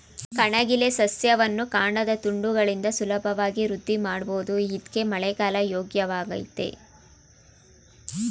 ಕಣಗಿಲೆ ಸಸ್ಯವನ್ನು ಕಾಂಡದ ತುಂಡುಗಳಿಂದ ಸುಲಭವಾಗಿ ವೃದ್ಧಿಮಾಡ್ಬೋದು ಇದ್ಕೇ ಮಳೆಗಾಲ ಯೋಗ್ಯವಾಗಯ್ತೆ